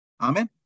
amen